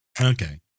Okay